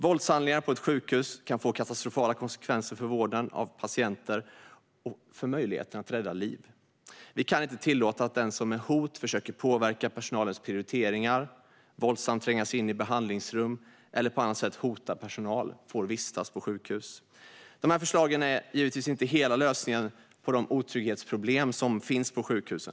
Våldshandlingar på ett sjukhus kan få katastrofala konsekvenser för vården av patienter och för möjligheterna att rädda liv. Vi kan inte tillåta att den som med hot försöker att påverka personalens prioriteringar, som våldsamt tränger sig in i behandlingsrum eller som på annat sätt hotar personal får vistas på sjukhus. Dessa förslag är givetvis inte hela lösningen på de otrygghetsproblem som finns på sjukhus.